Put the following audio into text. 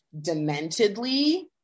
dementedly